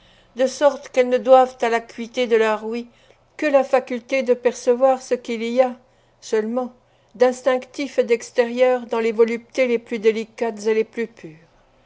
de sorte qu'elles ne doivent à l'acuité de leur ouïe que la faculté de percevoir ce qu'il y a seulement d'instinctif et d'extérieur dans les voluptés les plus délicates et les plus pures